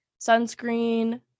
sunscreen